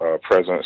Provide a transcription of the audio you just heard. presence